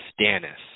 Stannis